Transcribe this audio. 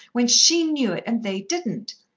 when she knew it and they didn't?